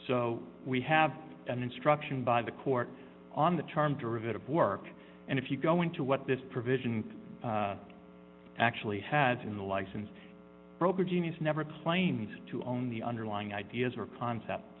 so we have an instruction by the court on the charm derivative work and if you go into what this provision actually has in the license broker genius never claims to own the underlying ideas or concept